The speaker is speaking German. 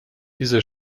diese